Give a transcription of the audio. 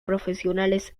profesionales